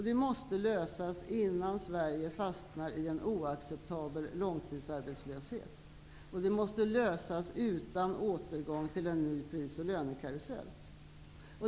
Det måste lösas innan Sverige fastnar i oacceptabel långtidsarbetslöshet, och det måste lösas utan återgång till en ny pris och lönekarusell.